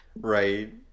Right